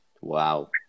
Wow